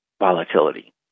volatility